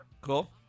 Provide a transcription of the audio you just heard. Cool